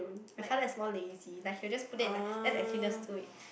my father is more lazy like he'll just put there and like let the cleaners do it